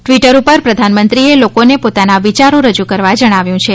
Twitter પર પ્રધાનમંત્રીએ લોકોને પોતાના વિયારો રજૂ કરવા જણાવ્યું છે